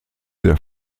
der